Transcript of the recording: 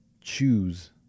choose